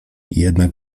jednak